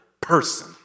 person